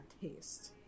taste